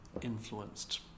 influenced